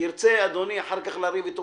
ירצה אדוני אחר כך לריב אתו